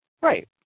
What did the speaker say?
right